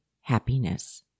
happiness